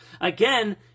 again